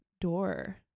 door